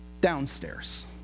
downstairs